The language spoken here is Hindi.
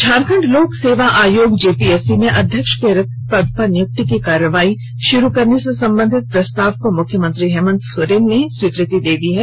झारखंड लोक सेवा आयोग जेपीएससी में अध्यक्ष के रिक्त पद पर नियुक्ति की कार्रवाई प्रारंभ करने से संबंधित प्रस्ताव को मुख्यमंत्री हेमन्त सोरेन ने स्वीकृति दे दी है